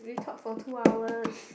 we talk for two hours